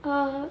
err